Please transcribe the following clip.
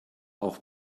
auch